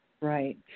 Right